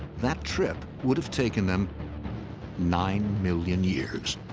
that trip would've taken them nine million years.